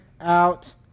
out